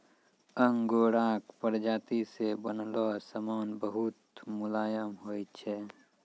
आंगोराक प्राजाती से बनलो समान बहुत मुलायम होय छै